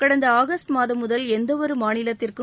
கடந்த அஆகஸ்ட் மாதம் முதல் அளந்த அஒரு மாநிலத்திற்கும்